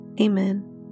Amen